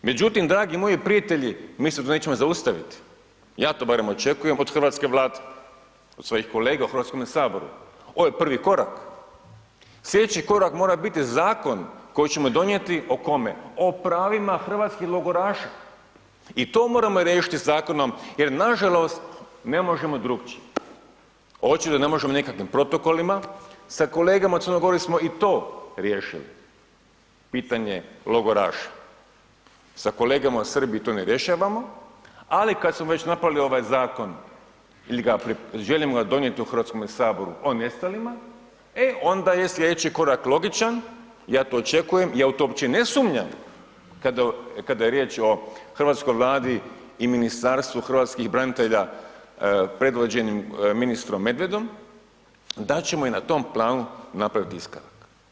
Međutim, dragi moji prijatelji, mi se tu nećemo zaustaviti, ja to barem to očekujem od hrvatske Vlade, od svojih kolega u HS, ovo je prvi korak, slijedeći korak mora biti zakon koji ćemo donijeti, o kome, o pravima hrvatskih logoraša i to moramo riješiti zakonom jer nažalost ne možemo drukčije, očito ne možemo nekakvim protokolima, sa kolegama Crnogorcima smo i to riješili, pitanje logoraša, sa kolegama u Srbiji to ne rješavamo, ali kad smo već napravili ovaj zakon ili ga želimo donijeti u HS o nestalima, e onda je slijedeći korak logičan, ja to očekujem, ja u to uopće i ne sumnjam kada je riječ o hrvatskoj Vladi i Ministarstvu hrvatskih branitelja predvođenim ministrom Medvedom da ćemo i na tom planu napraviti iskorak.